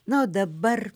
na o dabar